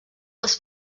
les